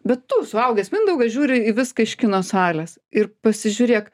bet tu suaugęs mindaugas žiūri į viską iš kino salės ir pasižiūrėk